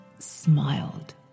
Smiled